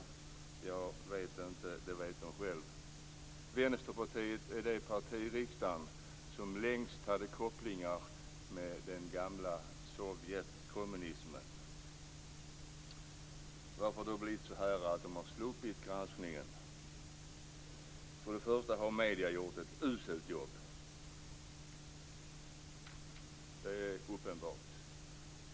Jag vet inte - det vet de själva. Vänsterpartiet är det parti i riksdagen som längst hade kopplingar till den gamla sovjetkommunismen. Varför har det blivit så att de har sluppit granskningen? Först och främst har medierna gjort ett uselt jobb, det är uppenbart.